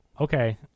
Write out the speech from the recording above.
okay